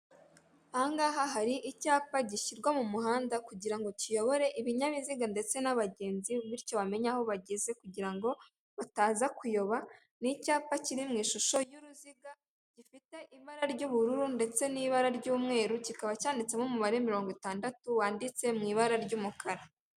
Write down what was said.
Ahangaha hari icyapa gishyirwa mu muhanda kugira ngo kiyobore ibinyabiziga ndetse n'abagenzi bityo bamenye aho bageze kugira ngo bataza kuyoba; n'icyapa kiri mu ishusho y'uruziga gifite ibara ry'ubururu ndetse n'ibara ry'umweru kikaba cyanditsemo umubare mirongo itandatu wanditse mu ibara ry'umukara.